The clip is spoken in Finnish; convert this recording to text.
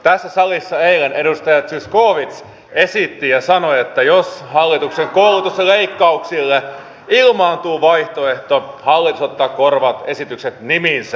tässä salissa eilen edustaja zyskowicz esitti ja sanoi että jos hallituksen koulutusleikkauksille ilmaantuu vaihtoehto hallitus ottaa korvaavat esitykset nimiinsä